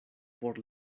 por